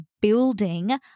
building